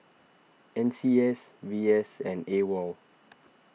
N C S V S and Awol